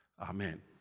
Amen